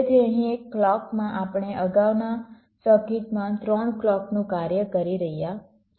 તેથી અહીં એક ક્લૉકમાં આપણે અગાઉના સર્કિટમાં 3 ક્લૉકનું કાર્ય કરી રહ્યા છીએ